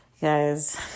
Guys